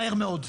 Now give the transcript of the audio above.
מהר מאוד.